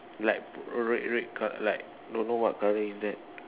like red red colour like don't know what colour is that